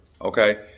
okay